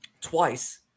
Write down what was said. twice